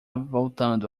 voltando